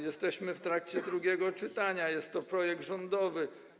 Jesteśmy w tracie drugiego czytania, jest to projekt rządowy.